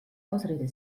ausrede